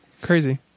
crazy